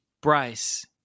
Bryce